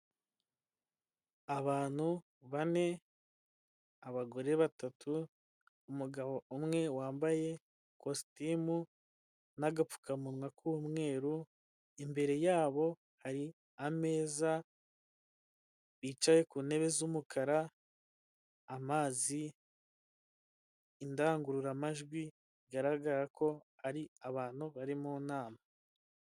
Abantu bane abagore batatu umugabo umwe wambaye ikositimu n'agapfukamunwa k'umweru imbere yabo hari ameza bicaye ku ntebe z'umukara amazi indangururamajwi bigaragara ko ari abantu bari mu nama.